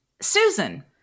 Susan